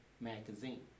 Magazine